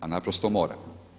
A naprosto moram.